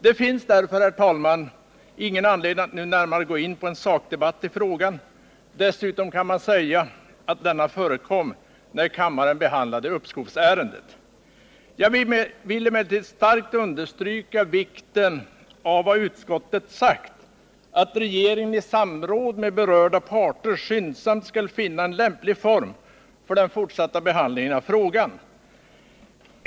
Det finns därför, herr talman, ingen anledning att nu närmare gå in på en sakdebatt i frågan. Dessutom kan man säga att denna förekom när kammaren behandlade uppskovsärendet. Jag vill emellertid starkt understryka vikten av vad utskottet sagt, att regeringen i samråd med berörda parter skyndsamt skall finna en lämplig form för behandlingen av frågan.